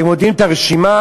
אתם יודעים את הרשימה,